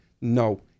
No